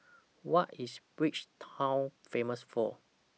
What IS Bridgetown Famous For